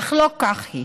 אך לא כך היא.